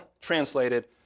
translated